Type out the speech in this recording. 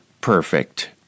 perfect